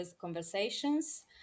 conversations